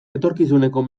etorkizuneko